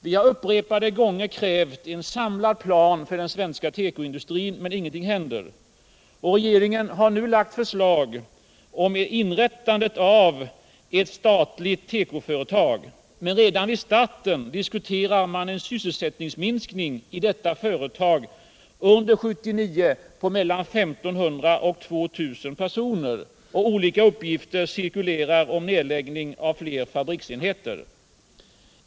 Vi har upprepade gånger krävt en samlad plan för den svenska tekoindustrin, men ingenting händer. Regeringen har nu lagt ett förslag om inrättandet av ett statligt tekoföretag. Men redan vid starten diskuterar man en sysselsättningsminskning i detta företag under 1979 på mellan 1 500 och 2 000 personer. Olika uppgifter cirkulerar om nedläggning av fler fabriksenheter.